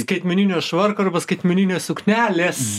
skaitmeninio švarko arba skaitmeninės suknelės